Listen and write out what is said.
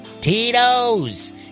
Tito's